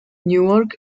newark